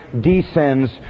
descends